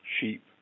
sheep